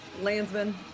Landsman